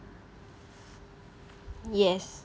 yes